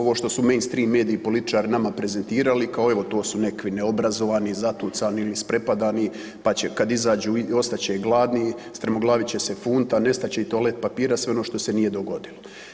Ovo što su mainstream mediji političari nama prezentirali, kao evo to su neki neobrazovani, zatucani, isprepadani pa će kad izađu ostat će gladni, strmoglavit će se funta, nestat će i toalet papira sve ono što se nije dogodilo.